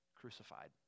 crucified